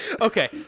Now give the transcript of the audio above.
Okay